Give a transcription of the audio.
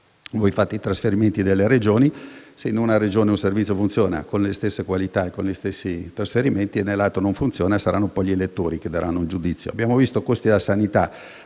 Voi fate i trasferimenti nelle Regioni: se in una Regione un servizio funziona con le stesse qualità e gli stessi trasferimenti e nell'altra non funziona, saranno gli elettori che daranno un giudizio. Abbiamo visto i costi della sanità